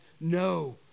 No